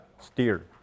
steer